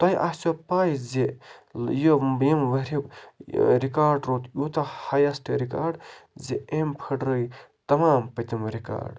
تۄہہِ آسیو پاے زِ یہِ ییٚمہِ ؤری رِکاڈ روٗد یوٗتاہ ہایسٹ رِکاڈ زِ أمۍ پھٔڑرٲے تَمام پٔتِم رِکاڈ